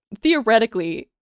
Theoretically